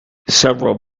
several